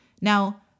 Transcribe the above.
Now